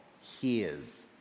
hears